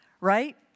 right